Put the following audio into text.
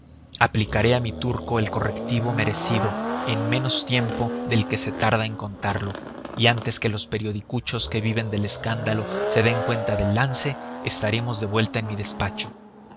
aplicaré a mi turco el correctivo merecido en menos tiempo del que se tarda en contarlo y antes que los periodicuchos que viven del escándalo se den cuenta del lance estaremos de vuelta en mi despacho